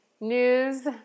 news